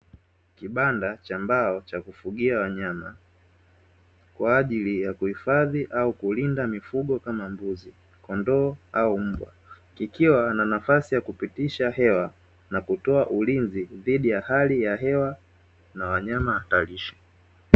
Kibanda cha mbao cha kufugia wanyama kwa ajili ya kuhifadhi au kulinda mifugo kama mbuzi, kondoo au mbwa kikiwa na nafasi ya kupitisha hewa na kutoa ulinzi dhidi ya hali ya hewa na wanyama hatarishi.